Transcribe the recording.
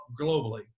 globally